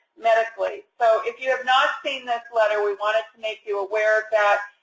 medically. so if you have not seen this letter, we wanted to make you aware of that.